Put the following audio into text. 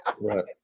Right